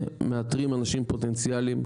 ומאתרים אנשים פוטנציאליים,